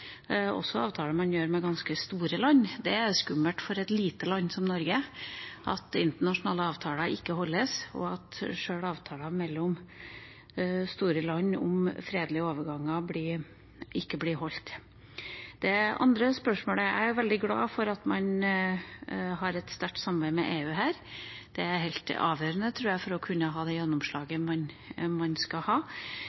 også avtaler man gjør med ganske store land? Det er skummelt for et lite land som Norge at internasjonale avtaler ikke overholdes, og at sjøl avtaler mellom store land om fredelige overganger ikke blir overholdt. Det andre: Jeg er veldig glad for at man har et sterkt samarbeid med EU her. Det er helt avgjørende, tror jeg, for å kunne ha det